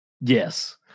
yes